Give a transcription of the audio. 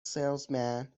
salesman